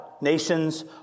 Nations